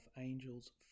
angels